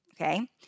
Okay